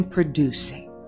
Producing